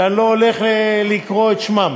שאני לא הולך לקרוא את שמותיהם.